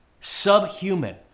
subhuman